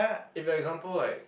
if the example like